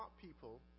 people